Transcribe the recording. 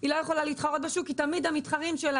אז היא לא יכולה להתחרות בשוק כי תמיד המתחרים שלה